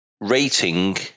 rating